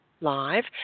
Live